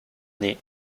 nez